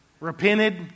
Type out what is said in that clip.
repented